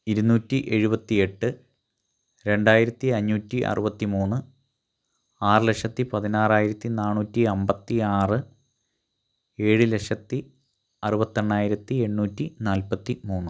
ഇരുന്നൂറ്റി എഴുപത്തിയെട്ട് രണ്ടായിരത്തി അഞ്ഞൂറ്റി അറുപത്തി മൂന്ന് ആറ് ലക്ഷത്തി പതിനാറായിരത്തി നാന്നൂറ്റി അമ്പത്തി ആറ് ഏഴ് ലക്ഷത്തി അറുപത്തി എണ്ണായിരത്തി എണ്ണൂറ്റി നാൽപ്പത്തി മൂന്ന്